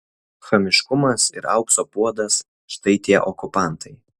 chamiškumas ir aukso puodas štai tie okupantai